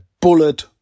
bullet